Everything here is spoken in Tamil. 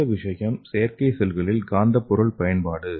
அடுத்த விஷயம் செயற்கை செல்களில் காந்த பொருள் பயன்பாடு